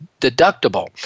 deductible